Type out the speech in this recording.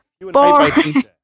Boring